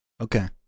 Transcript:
Okay